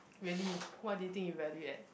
really what do you think you value at